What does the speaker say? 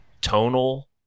tonal